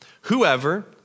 whoever